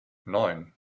neun